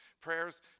prayers